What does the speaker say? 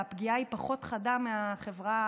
והפגיעה היא פחות חדה מבחברה הערבית.